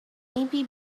maybe